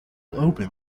open